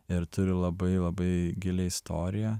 ir turi labai labai gilią istoriją